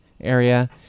area